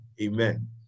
Amen